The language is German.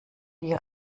die